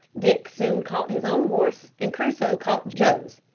dick soon caught his own horse and crusoe caught joe's.